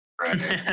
Right